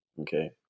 Okay